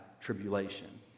tribulation